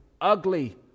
ugly